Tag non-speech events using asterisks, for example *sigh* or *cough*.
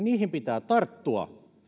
*unintelligible* niihin pitää tarttua